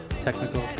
technical